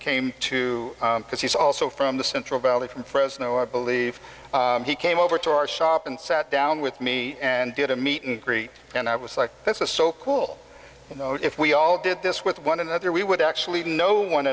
came to because he's also from the central valley from fresno i believe he came over to our shop and sat down with me and did a meet and greet and i was like that's a so cool you know if we all did this with one another we would actually know one